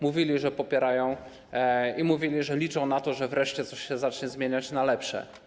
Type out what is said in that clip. Mówili, że popierają, i mówili, że liczą na to, że wreszcie coś się zacznie zmieniać na lepsze.